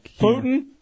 Putin